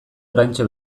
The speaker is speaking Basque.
oraintxe